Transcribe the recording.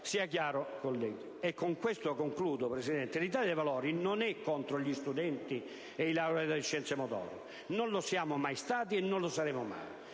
Sia chiaro, Presidente - e con questo concludo - che l'Italia dei Valori non è contro gli studenti e i laureati in scienze motorie. Non lo siamo mai stati e non lo saremo mai: